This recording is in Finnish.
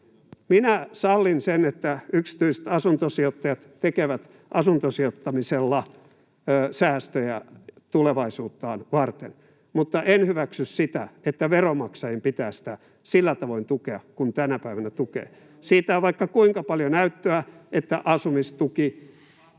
Minä sallin sen, että yksityiset asuntosijoittajat tekevät asuntosijoittamisella säästöjä tulevaisuuttaan varten, mutta en hyväksy sitä, että veronmaksajien pitää sitä sillä tavoin tukea kuin tänä päivänä tukevat. Siitä on vaikka kuinka paljon näyttöä, että asumistuki